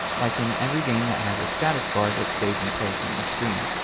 like in every game that has a status bar that stays in place on the screen.